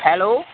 hello